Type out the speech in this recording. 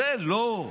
זה לא.